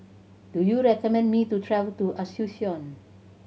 do you recommend me to travel to Asuncion